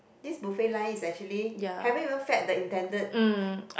this buffet line is actually haven't even fed the intended